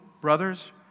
brothers